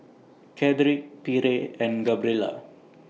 Cedrick Pierre and Gabriella